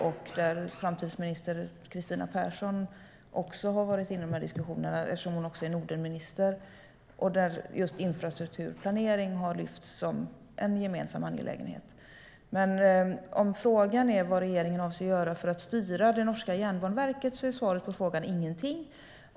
Också framtidsminister Kristina Persson har varit inne i de här diskussionerna, eftersom hon även är Nordenminister, och just infrastrukturplanering har lyfts fram som en gemensam angelägenhet. Om frågan är vad regeringen avser att göra för att styra norska Jernbaneverket är svaret på frågan: ingenting.